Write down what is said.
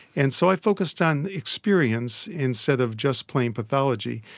and so i focused on experience instead of just plain pathology,